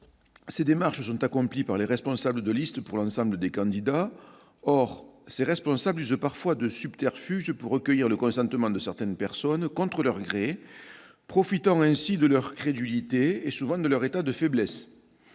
Ces démarches sont accomplies par les responsables de liste pour l'ensemble des candidats. Or ces responsables usent parfois de subterfuges pour recueillir le consentement de certaines personnes contre leur gré, profitant ainsi de leur crédulité, et souvent de leur état de faiblesse.